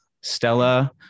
Stella